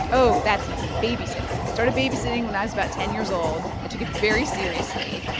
oh, that's easy babysitting. i started babysitting when i was about ten years old. i took it very seriously.